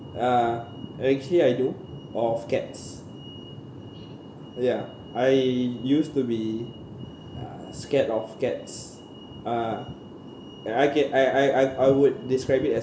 uh actually I do of cats ya I used to be uh scared of cats uh ya I get I I I I would describe it as